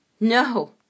No